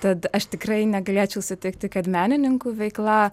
tad aš tikrai negalėčiau sutikti kad menininkų veikla